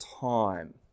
time